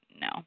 No